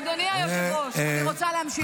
אדוני היושב-ראש, אני רוצה להמשיך.